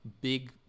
big